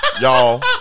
Y'all